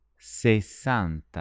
sessanta